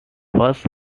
first